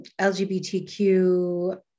LGBTQ